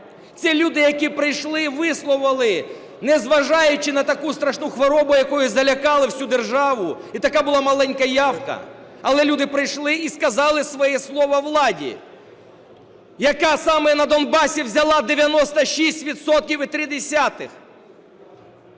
це люди, які прийшли і висловили, незважаючи на таку страшну хворобу, якою залякали всю державу, і така була маленька явка, але люди прийшли і сказали своє слово владі, яка саме на Донбасі взяла 96,3